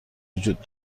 وجود